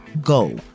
go